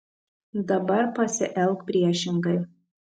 dabar pasielk priešingai